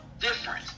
different